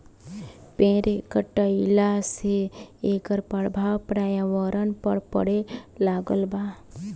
पेड़ कटईला से एकर प्रभाव पर्यावरण पर पड़े लागल बा